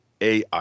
AI